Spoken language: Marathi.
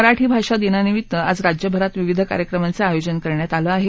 मराठी भाषादिनानिमित्त आज राज्यभरात विविध कार्यक्रमांचं आयोजन करण्यात आलं आहे